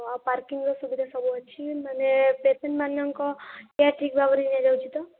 ହଁ ଆଉ ପାର୍କିଙ୍ଗର ସୁବିଧା ସବୁଅଛି ମାନେ ପେସେଣ୍ଟ ମାନଙ୍କ କେୟାର ଠିକ ଭାବରେ ନିଆଯାଉଛି ତ